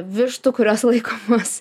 vištų kurios laikomos